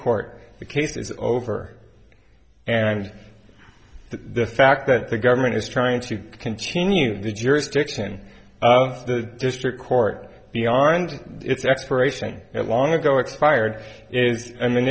the case is over and the fact that the government is trying to continue the jurisdiction of the district court beyond its expiration that long ago expired is